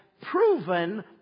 proven